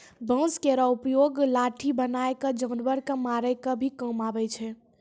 बांस केरो उपयोग लाठी बनाय क जानवर कॅ मारै के भी काम आवै छै